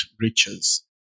riches